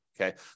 Okay